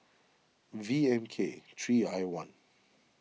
V M K three I one